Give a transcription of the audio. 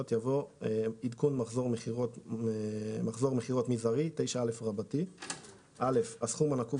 יבוא: "עדכון מחזור מכירות מזערי 9א. הסכום הנקוב